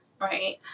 right